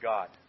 God